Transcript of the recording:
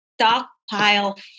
stockpile